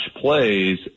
plays